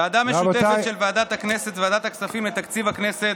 ועדה משותפת של ועדת הכנסת וועדת הכספים לתקציב הכנסת,